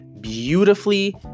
beautifully